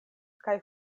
kaj